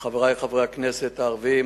לחברי חברי הכנסת הערבים,